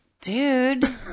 Dude